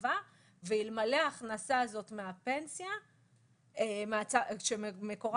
ההרחבה ואלמלא ההכנסה מהפנסיה שמקורה